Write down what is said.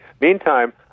Meantime